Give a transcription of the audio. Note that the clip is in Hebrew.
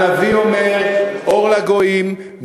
הנביא אומר: אור לגויים,